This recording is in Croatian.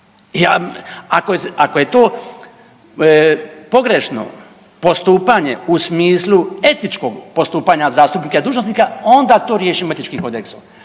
ako je to pogrešno postupanje u smislu etičkog postupanja zastupnika i dužnosnika onda to riješimo etičkim kodeksom.